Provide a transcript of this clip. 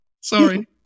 sorry